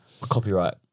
Copyright